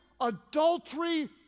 adultery